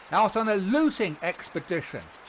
out on a looting expedition.